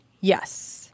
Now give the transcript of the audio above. Yes